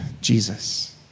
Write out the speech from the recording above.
Jesus